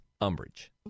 umbrage